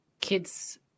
kids